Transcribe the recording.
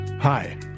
Hi